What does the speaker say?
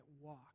walk